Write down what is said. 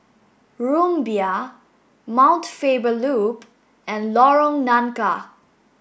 Rumbia Mount Faber Loop and Lorong Nangka